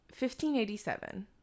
1587